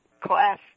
Class